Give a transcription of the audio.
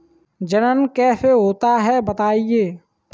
जनन कैसे होता है बताएँ?